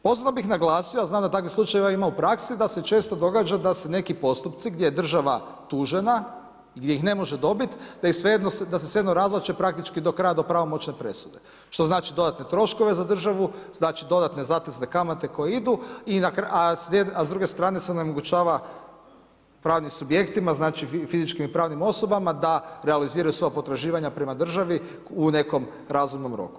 Posebno bih naglasio, a znam da takvih slučajeva ima u praksi da se često događa da se neki postupci gdje je država tužena, gdje ih ne može dobiti da se svejedno razvlače praktički do kraja do pravomoćne presude, što znači dodatne troškove za državu, znači dodatne zatezne kamate koje idu, a s druge strane se ne omogućava pravnim subjektima znači fizičkim i pravnim osobama da realiziraju svoja potraživanja prema državi u nekom razumnom roku.